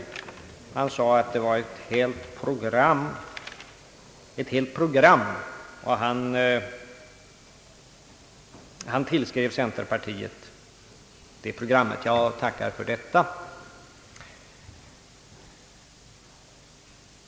Han sade att det var ett helt program, och han tillskrev centerpartiet det programmet. Jag tackar för detta.